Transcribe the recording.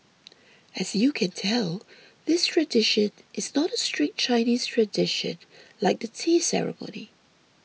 as you can tell this tradition is not a strict Chinese tradition like the tea ceremony